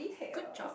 good job